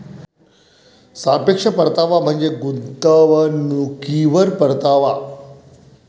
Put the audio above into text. सापेक्ष परतावा म्हणजे गुंतवणुकीवर परतावा